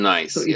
Nice